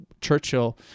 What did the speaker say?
Churchill